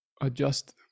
adjust